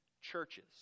churches